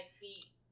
feet